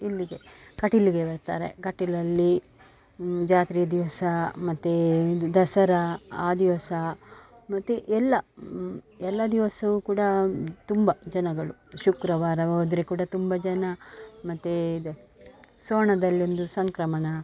ಇಲ್ಲಿಗೆ ಕಟೀಲಿಗೆ ಬರ್ತಾರೆ ಕಟೀಲಲ್ಲಿ ಜಾತ್ರೆಯ ದಿವಸ ಮತ್ತು ಇದು ದಸರಾ ಆ ದಿವಸ ಮತ್ತು ಎಲ್ಲ ಎಲ್ಲ ದಿವಸವೂ ಕೂಡ ತುಂಬ ಜನಗಳು ಶುಕ್ರವಾರ ಹೋದರೆ ಕೂಡ ತುಂಬ ಜನ ಮತ್ತು ಇದು ಸೋಣದಲ್ಲೊಂದು ಸಂಕ್ರಮಣ